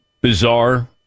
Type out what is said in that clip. bizarre